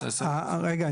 רגע,